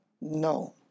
No